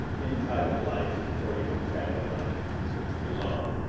in private life or even family life alone.